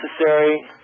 necessary